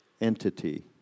entity